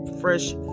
fresh